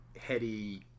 heady